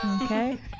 Okay